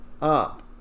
up